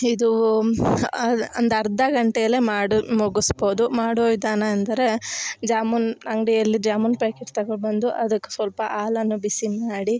ಇದು ಒಂದು ಅರ್ಧ ಗಂಟೆಲೇ ಮಾಡಿ ಮುಗಿಸ್ಬೌದು ಮಾಡುವ ವಿಧಾನ ಅಂದರೆ ಜಾಮೂನ್ ಅಂಗಡಿಯಲ್ಲಿ ಜಾಮೂನ್ ಪ್ಯಾಕೆಟ್ ತಗೊಬಂದು ಅದಕ್ಕೆ ಸ್ವಲ್ಪ ಹಾಲನ್ನು ಬಿಸಿ ಮಾಡಿ